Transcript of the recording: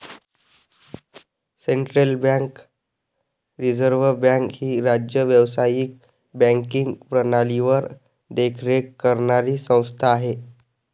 central bank reserve bank ही राज्य व्यावसायिक बँकिंग प्रणालीवर देखरेख करणारी संस्था आहे